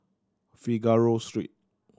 Figaro Street